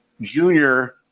Junior